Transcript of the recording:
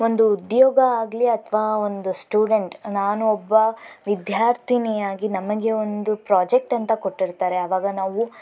ಒಂದು ಉದ್ಯೋಗ ಆಗಲಿ ಅಥವಾ ಒಂದು ಸ್ಟೂಡೆಂಟ್ ನಾನು ಒಬ್ಬ ವಿದ್ಯಾರ್ಥಿನಿ ಆಗಿ ನಮಗೆ ಒಂದು ಪ್ರಾಜೆಕ್ಟ್ ಅಂತ ಕೊಟ್ಟಿರ್ತಾರೆ ಆವಾಗ ನಾವು